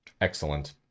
Excellent